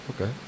okay